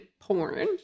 porn